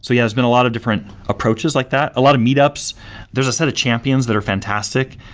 so yeah, there's been a lot of different approaches like that, a lot of meetups there's a set of champions that are fantastic.